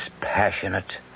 passionate